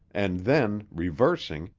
and then, reversing,